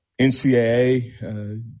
NCAA